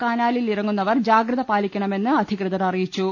കനാലിൽ ഇറങ്ങുന്നവർ ജാഗ്രത പാലിക്കണമെന്ന് അധികൃതർ അറിയിച്ചു